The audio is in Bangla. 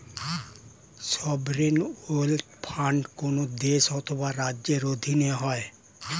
সভরেন ওয়েলথ ফান্ড কোন দেশ অথবা রাজ্যের অধীনে হয়